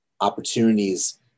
opportunities